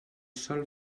sol